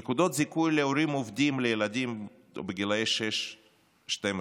נקודות זיכוי להורים עובדים לילדים בגילאי 6 12,